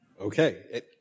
Okay